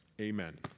amen